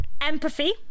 empathy